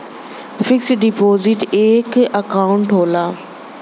fix deposit एक account होला